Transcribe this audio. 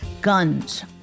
guns